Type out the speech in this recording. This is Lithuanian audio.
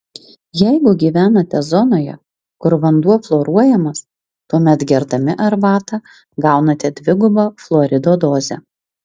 jeigu gyvenate zonoje kur vanduo fluoruojamas tuomet gerdami arbatą gaunate dvigubą fluorido dozę